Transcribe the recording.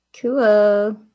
Cool